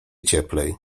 cieplej